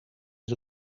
het